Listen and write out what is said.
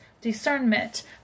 discernment